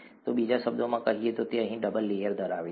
તો બીજા શબ્દોમાં કહીએ તો તે અહીં ડબલ લેયર ધરાવે છે